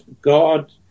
God